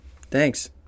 Thanks